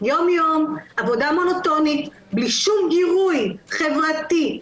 יומיום עבודה מונוטונית בלי שום גירוי חברתי,